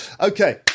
okay